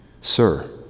Sir